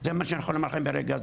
זה מה שאני יכול לומר לכם ברגע זה,